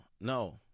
no